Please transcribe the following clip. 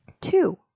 Two